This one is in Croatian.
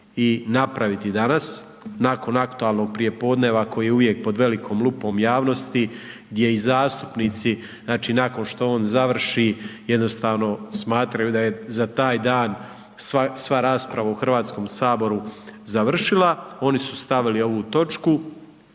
i napraviti danas, nakon aktualnog prijepodneva koje je pod velikom lupom javnosti gdje i zastupnici znači nakon što on završi jednostavno smatraju da je za taj dan sva rasprava u Hrvatskom saboru završila, oni su stavili ovu točku